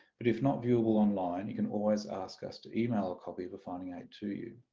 but if not viewable online you can always ask us to email a copy of a finding aid to you.